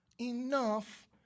Enough